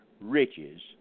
riches